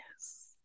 yes